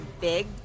big